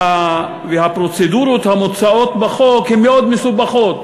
והפרוצדורות המוצעות בחוק הן מאוד מסובכות: